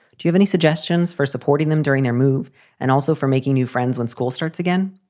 do you have any suggestions for supporting them during their move and also for making new friends when school starts again?